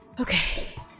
Okay